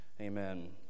Amen